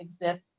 exist